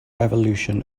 revolution